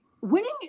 winning